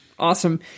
awesome